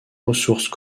ressources